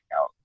out